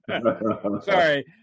Sorry